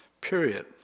period